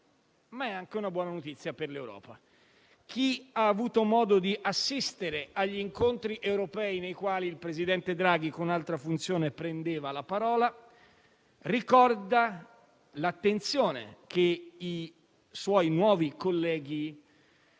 ma è anche una buona notizia per l'Europa. Chi ha avuto modo di assistere agli incontri europei nei quali il presidente Draghi, con altra funzione, prendeva la parola, ricorda l'attenzione che i suoi nuovi colleghi